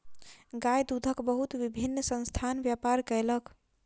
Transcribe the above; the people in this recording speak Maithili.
गाय दूधक बहुत विभिन्न संस्थान व्यापार कयलक